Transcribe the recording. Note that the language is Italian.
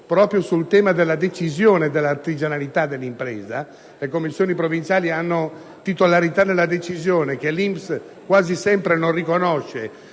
proprio sul tema della decisione dell'artigianalità dell'impresa. Le commissioni provinciali infatti hanno titolarità nella decisione che l'INPS quasi sempre non riconosce;